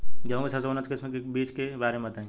गेहूँ के सबसे उन्नत किस्म के बिज के बारे में बताई?